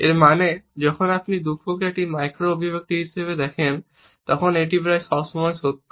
এর মানে যখন আপনি দুঃখকে একটি মাইক্রো অভিব্যক্তি হিসাবে দেখেন তখন এটি প্রায় সবসময়ই সত্য